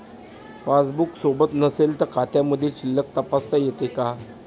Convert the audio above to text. Passbook सोबत नसेल तर खात्यामधील शिल्लक तपासता येते का?